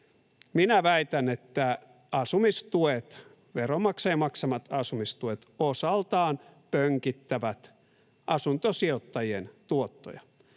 Minä väitän, että asumistuet, veronmaksajien maksamat asumistuet, osaltaan pönkittävät asuntosijoittajien tuottoja.